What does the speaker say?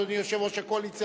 אדוני יושב-ראש הקואליציה,